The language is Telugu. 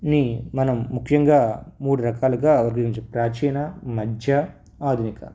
ని మనం ముఖ్యంగా మూడు రకాలుగా విభజించి ప్రాచీన మధ్య ఆధునిక